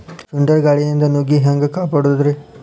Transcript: ಸುಂಟರ್ ಗಾಳಿಯಿಂದ ನುಗ್ಗಿ ಹ್ಯಾಂಗ ಕಾಪಡೊದ್ರೇ?